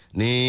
ni